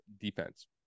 defense